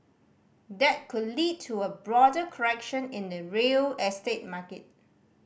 that could lead to a broader correction in the real estate market